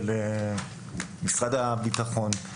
משרד הביטחון.